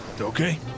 Okay